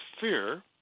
fear